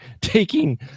taking